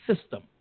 system